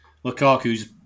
Lukaku's